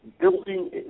building